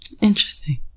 Interesting